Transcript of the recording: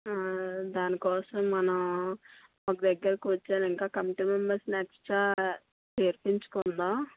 దాని కోసం మనం ఒక దగ్గర కూర్చుని ఇంక కమిటీ మెంబర్స్ని ఎక్స్ట్రా చేర్పించుకుందాము